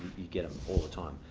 you get em all the time,